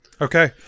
Okay